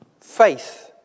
Faith